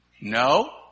No